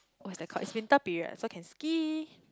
what's that called it's winter period so can ski